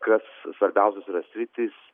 kas svarbiausios yra sritys